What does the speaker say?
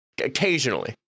Occasionally